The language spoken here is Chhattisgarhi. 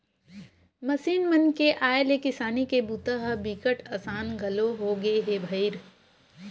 मसीन मन के आए ले किसानी के बूता ह बिकट असान घलोक होगे हे भईर